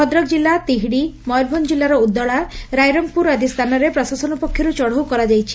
ଭଦ୍ରକ କିଲ୍ଲ ତିହିଡି ମୟରଭଞ୍ ଜିଲ୍ଲାର ଉଦଳା ରାଇରଙ୍ଙପୁର ଆଦି ସ୍ରାନରେ ପ୍ରଶାସନ ପକ୍ଷରୁ ଚଢ଼ଉ କରାଯାଇଛି